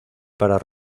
para